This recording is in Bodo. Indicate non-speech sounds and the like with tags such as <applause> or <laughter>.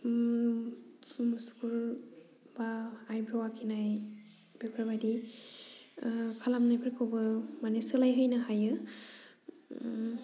<unintelligible> बा आइब्र' आखिनाय बेफोरबायदि खालामनायफोरखौबो माने सोलायहोनो हायो